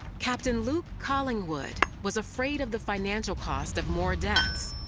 captain luke collingwood was afraid of the financial cost of more deaths.